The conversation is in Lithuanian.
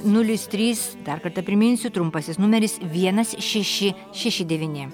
nulis trys dar kartą priminsiu trumpasis numeris vienas šeši šeši devyni